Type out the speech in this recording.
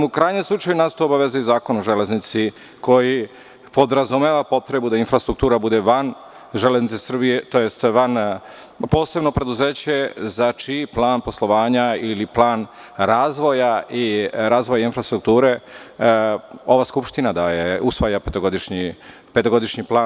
U krajnjem slučaju, nas tu obavezuje i Zakon o železnici koji podrazumeva potrebu da infrastruktura bude van „Železnica Srbije“ tj. posebno preduzeće za čiji plan poslovanja ili plan razvoja infrastrukture ova skupština usvaja petogodišnji plan.